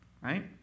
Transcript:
Right